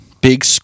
big